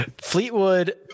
Fleetwood